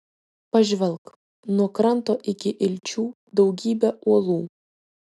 pažvelk nuo kranto iki ilčių daugybė uolų